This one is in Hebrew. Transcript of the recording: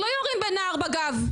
לא יורים בנער בגב.